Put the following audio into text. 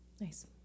Nice